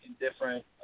indifferent